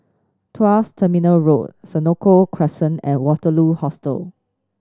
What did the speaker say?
Tuas Terminal Road Senoko Crescent and Waterloo Hostel